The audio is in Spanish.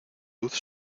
luz